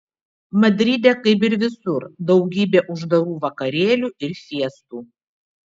madride kaip ir visur daugybė uždarų vakarėlių ir fiestų